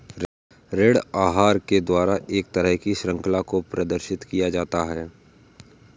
ऋण आहार के द्वारा एक तरह की शृंखला को प्रदर्शित किया जाता है